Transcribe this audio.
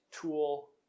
tool